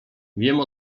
wiem